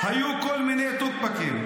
חברת הכנסת גוטליב,